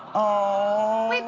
oh!